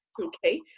okay